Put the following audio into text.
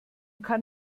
kann